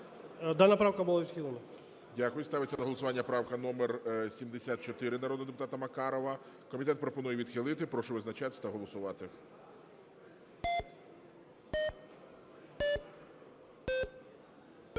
Дякую. Ставиться на голосування правка номер 74 народного депутата Макарова, комітет пропонує відхилити. Прошу визначатися та голосувати.